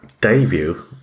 debut